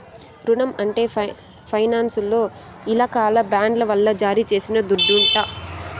రునం అంటే ఫైనాన్సోల్ల ఇలాకాల బాండ్ల వల్ల జారీ చేసిన దుడ్డంట